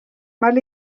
mal